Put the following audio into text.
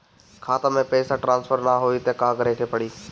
खाता से पैसा टॉसफर ना होई त का करे के पड़ी?